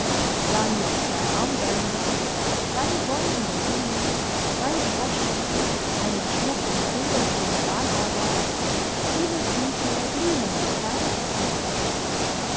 dann noch zwei armbänder drei goldene ringe drei broschen einen schmuck in silberfiligranarbeit viele bücher blumen und kleinigkeiten